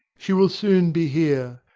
she will soon be here.